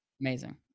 Amazing